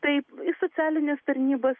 taip socialinės tarnybos